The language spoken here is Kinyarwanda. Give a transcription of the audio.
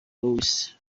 louis